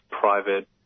private